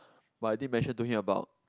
but I did mention to him about